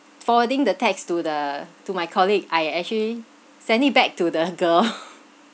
forwarding the text to the to my colleague I actually send it back to the girl